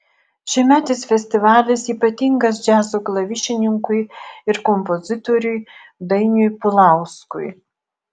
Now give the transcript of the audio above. šiemetis festivalis ypatingas džiazo klavišininkui ir kompozitoriui dainiui pulauskui